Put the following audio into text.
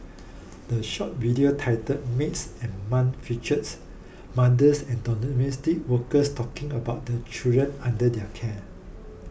the short video titled Maids and Mum features mothers and workers talking about the children under their care